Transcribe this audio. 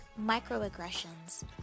microaggressions